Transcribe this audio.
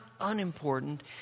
unimportant